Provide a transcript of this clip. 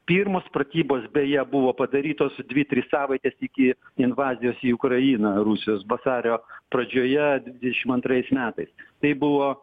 pirmos pratybos beje buvo padarytos dvi tris savaites iki invazijos į ukrainą rusijos vasario pradžioje dvidešim antrais metais tai buvo